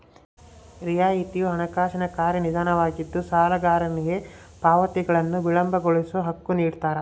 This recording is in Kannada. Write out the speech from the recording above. ರಿಯಾಯಿತಿಯು ಹಣಕಾಸಿನ ಕಾರ್ಯವಿಧಾನವಾಗಿದ್ದು ಸಾಲಗಾರನಿಗೆ ಪಾವತಿಗಳನ್ನು ವಿಳಂಬಗೊಳಿಸೋ ಹಕ್ಕು ನಿಡ್ತಾರ